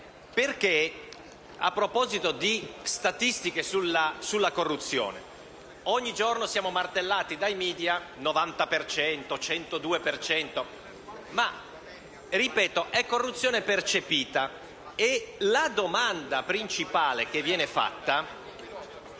perché, a proposito di statistiche sulla corruzione, ogni giorno siamo martellati dai *media* (90 per cento, 102 per cento), ma - ripeto - è corruzione percepita. La domanda principale che viene fatta